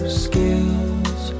skills